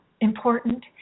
important